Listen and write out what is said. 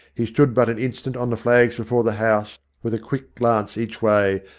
he stood but an instant on the flags before the house, with a quick glance each way,